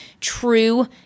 true